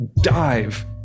dive